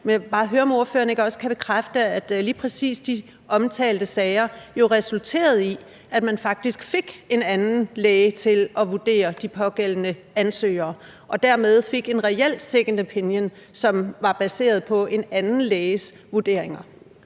vil bare høre, om ordføreren ikke også kan bekræfte, at lige præcis de omtalte sager jo resulterede i, at man faktisk fik en anden læge til at vurdere de pågældende ansøgere og dermed fik en reel second opinion, som var baseret på en anden læges vurderinger.